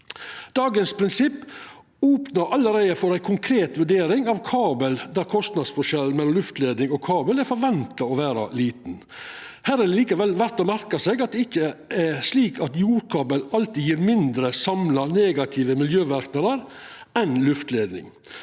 Dagens prinsipp opnar allereie for ei konkret vurdering av kabel der kostnadsforskjellen mellom luftleidning og kabel er forventa å vera liten. Her er det likevel verdt å merka seg at det ikkje er slik at jordkabel alltid gjev mindre samla negative miljøverknader enn luftleidning.